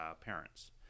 parents